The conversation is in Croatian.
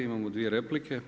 Imamo dvije replike.